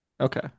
Okay